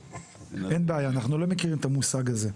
אין בעיה, אחנו לא מכירים את המושג הזה.